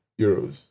euros